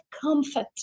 comfort